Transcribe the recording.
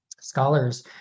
scholars